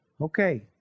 Okay